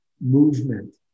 movement